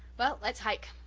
well, let's hike.